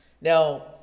Now